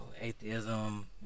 atheism